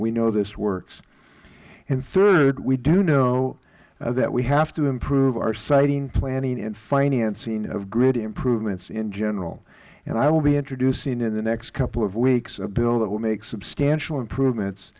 we know this works and third we do know that we have to improve our siting planning and financing of grid improvements in general i will be introducing in the next couple of weeks a bill that will make substantial improvements